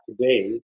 today